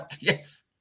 Yes